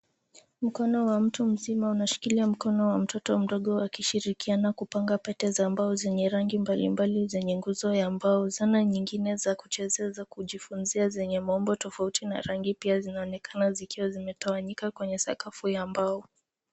Mkono wa mtu mzima unashikilia mkono wa mtoto mdogo wakishirikiana kupanga pete za mbao zenye rangi mbalimbali zenye nguzo ya mbao .Zana nyingine za kuchezea za kujifunzia zenye maumbo tofauti na rangi pia zinaonekana zikiwa zimetawanyika kwenye sakafu ya mbao.